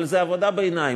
אבל זה עבודה בעיניים.